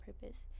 purpose